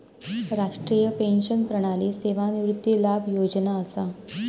राष्ट्रीय पेंशन प्रणाली सेवानिवृत्ती लाभ योजना असा